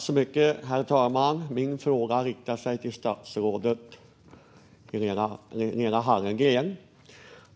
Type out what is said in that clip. Herr talman! Min fråga riktar sig till statsrådet Lena Hallengren.